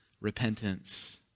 repentance